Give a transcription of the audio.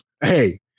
Hey